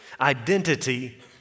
Identity